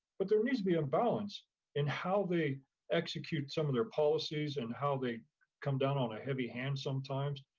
but there needs to be a balance in how they execute some of their policies and how they come down on a heavy handed sometimes.